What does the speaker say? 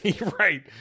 right